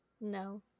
no